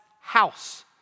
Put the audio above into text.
house